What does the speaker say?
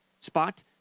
spot